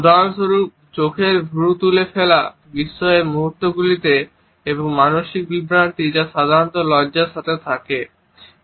উদাহরণস্বরূপ চোখের ভ্রু তুলে ফেলা বিস্ময়ের মুহূর্তগুলি এবং মানসিক বিভ্রান্তিগুলি সাধারণত লজ্জার সাথে দেখা যায়